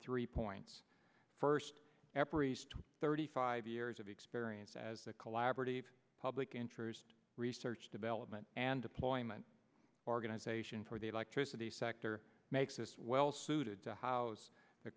three points first every thirty five years experience as a collaborative public interest research development and deployment organization for the electricity sector makes us well suited to house the